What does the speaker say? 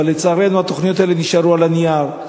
אבל לצערנו, התוכניות האלה נשארו על הנייר.